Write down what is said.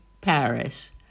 Paris